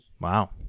Wow